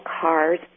cars